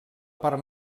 part